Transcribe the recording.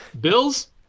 Bills